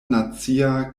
nacia